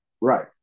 Right